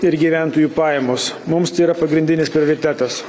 ir gyventojų pajamos mums tai yra pagrindinis prioritetas